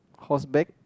horse bag